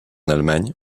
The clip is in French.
allemagne